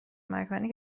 مکانی